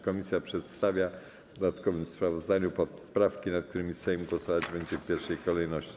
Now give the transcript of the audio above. Komisja przedstawia w dodatkowym sprawozdaniu poprawki, nad którymi Sejm głosować będzie w pierwszej kolejności.